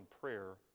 prayer